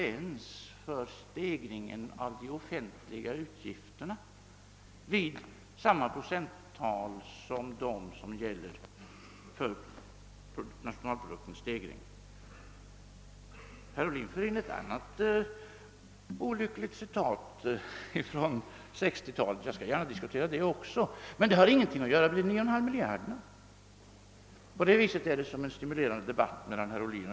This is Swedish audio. sen har flytiat fram positionerna har konservativa krafter sagt: Nej, det går vi inte med på.